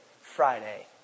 Friday